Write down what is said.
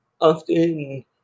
often